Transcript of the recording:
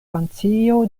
francio